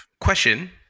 Question